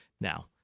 Now